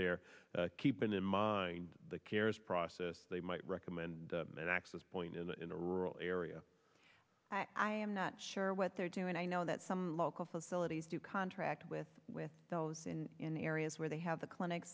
there keeping in mind the carers process they might recommend an access point in a rural area i am not sure what they're doing i know that some local facilities do contract with with those and in areas where they have the clinic